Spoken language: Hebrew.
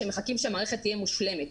שמחכים שהמערכת תהיה מושלמת.